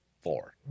Four